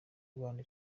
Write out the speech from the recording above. rwanda